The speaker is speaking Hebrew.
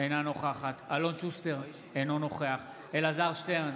אינה נוכחת אלון שוסטר, אינו נוכח אלעזר שטרן,